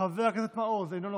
חבר הכנסת מעוז, אינו נוכח,